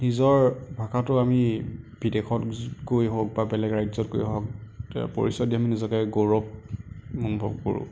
নিজৰ ভাষাটো আমি বিদেশত গৈ হওক বা বেলেগ ৰাজ্য়ত গৈ হওক পৰিচয় দি নিজকে গৌৰৱ অনুভৱ কৰোঁ